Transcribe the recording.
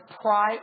pry